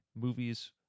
movies